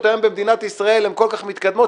הטכנולוגיות היום במדינת ישראל הם כל כך מתקדמות,